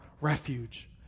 refuge